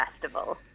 festival